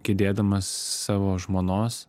gedėdamas savo žmonos